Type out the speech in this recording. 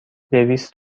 دویست